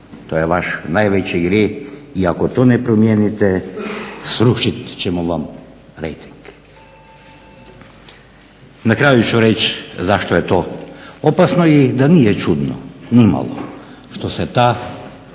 To je vaš najveći grijeh i ako to ne promijenite srušit ćemo vam rejting. Na kraju ću vam reći zašto je to opasno i da nije čudno ni malo što se ta